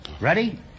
Ready